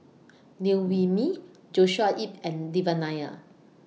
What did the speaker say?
Liew Wee Mee Joshua Ip and Devan Nair